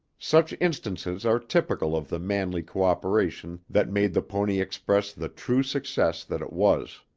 such instances are typical of the manly cooperation that made the pony express the true success that it was.